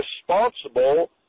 responsible